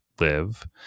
live